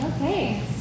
Okay